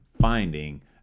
finding